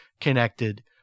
connected